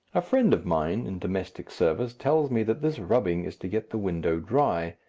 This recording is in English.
a friend of mine in domestic service tells me that this rubbing is to get the window dry,